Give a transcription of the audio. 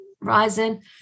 rising